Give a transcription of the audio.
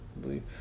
believe